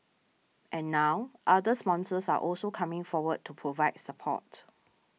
and now other sponsors are also coming forward to provide support